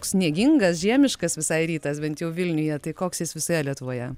sniegingas žiemiškas visai rytas bent jau vilniuje tai koks jis visoje lietuvoje